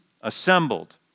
assembled